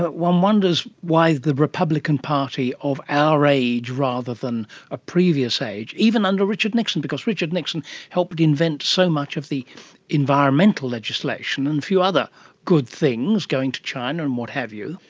but one wonders why the republican party of our age rather than a previous age, even under richard nixon because richard nixon helped invent so much of the environmental legislation and a other good things, going to china and what have you,